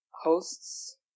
hosts